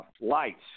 lights